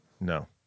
No